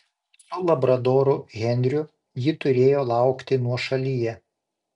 su labradoru henriu ji turėjo laukti nuošalyje